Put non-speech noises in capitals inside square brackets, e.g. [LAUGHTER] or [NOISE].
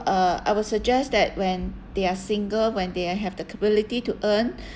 uh I would suggest that when they're single when they uh have the capability to earn [BREATH]